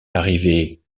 arrivé